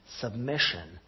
submission